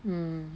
mm